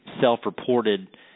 self-reported